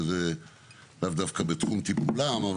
שזה לאו דווקא בתחום טיפולם,